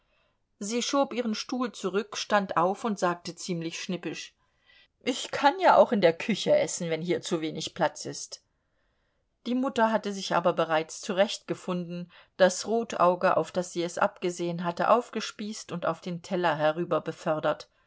sie schob ihren stuhl zurück stand auf und sagte ziemlich schnippisch ich kann ja auch in der küche essen wenn hier zu wenig platz ist die mutter hatte sich aber bereits zurechtgefunden das rotauge auf das sie es abgesehen hatte aufgespießt und auf den teller